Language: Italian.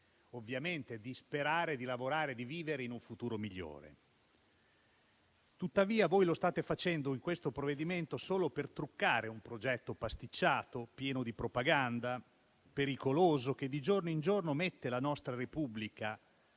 generazioni di sperare di lavorare e di vivere in un futuro migliore. Tuttavia voi lo state facendo in questo provvedimento solo per truccare un progetto pasticciato, pieno di propaganda e pericoloso, che di giorno in giorno mette la nostra Repubblica